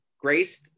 graced